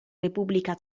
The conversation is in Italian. repubblica